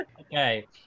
Okay